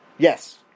Yes